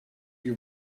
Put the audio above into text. you